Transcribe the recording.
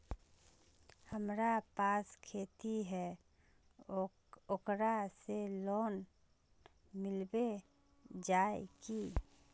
हमरा पास खेती है ओकरा से लोन मिलबे जाए की?